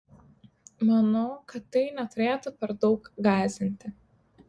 manau kad tai neturėtų per daug gąsdinti